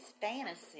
fantasy